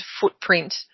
footprint